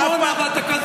שאתה פינית את עמונה,